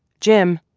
jim,